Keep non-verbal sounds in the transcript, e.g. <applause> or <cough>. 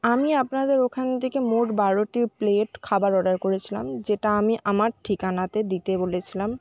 আমি আপনাদের ওখান থেকে মোট <unintelligible> বারোটি প্লেট খাবার অর্ডার করেছিলাম যেটা আমি আমার ঠিকানাতে দিতে বলেছিলাম